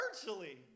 virtually